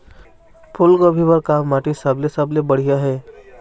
फूलगोभी बर का माटी सबले सबले बढ़िया ये?